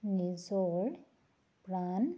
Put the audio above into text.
নিজৰ প্ৰাণ